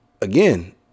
again